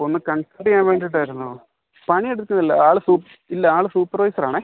അപ്പോൾ ഒന്ന് കൺസൾട് ചെയ്യാൻ വേണ്ടിയിട്ടായിരുന്നു ആയിരുന്നു പണിയെടുക്കുന്നില്ല ആൾ സൂപ് ഇല്ല ആൾ സൂപ്പർവൈസർ ആണേ